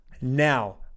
now